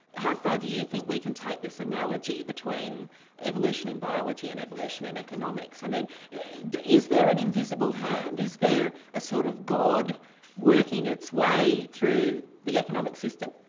how far do you think we can take this analogy between evolution in biology and evolution in economics? i mean is there an invisible hand, is there a sort of god working its way through the economic system?